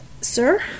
Sir